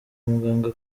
muganga